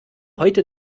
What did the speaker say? heute